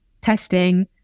testing